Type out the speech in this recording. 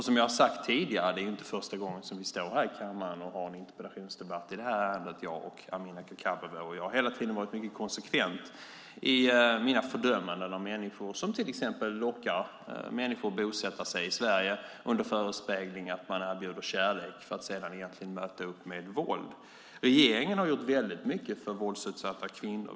Som jag har sagt tidigare - det är inte första gången vi står i kammaren och har en interpellationsdebatt i ärendet, Amineh Kakabaveh och jag - har jag hela tiden varit mycket konsekvent i mina fördömanden av människor som till exempel lockar människor att bosätta sig i Sverige under förespegling att man erbjuder kärlek för att sedan möta upp med våld. Regeringen har gjort väldigt mycket för våldsutsatta kvinnor.